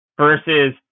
versus